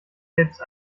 selbst